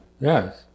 Yes